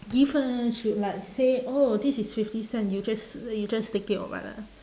give uh should like say oh this is fifty cent you just uh you just take it or what ah